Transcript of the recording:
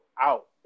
out